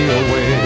away